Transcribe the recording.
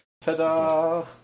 Ta-da